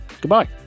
Goodbye